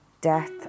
death